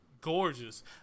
gorgeous